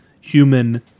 human